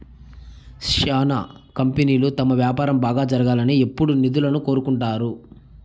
శ్యానా కంపెనీలు తమ వ్యాపారం బాగా జరగాలని ఎప్పుడూ నిధులను కోరుకుంటారు